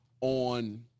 on